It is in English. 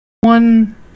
one